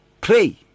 Pray